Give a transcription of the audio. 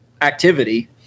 activity